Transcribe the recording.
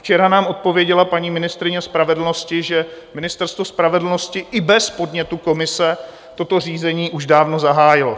Včera nám odpověděla paní ministryně spravedlnosti, že Ministerstvo spravedlnosti i bez podnětu komise toto řízení už dávno zahájilo.